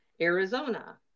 Arizona